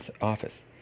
office